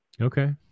Okay